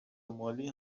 مالی